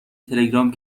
تلگرام